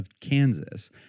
Kansas